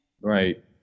Right